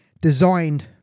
designed